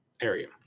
area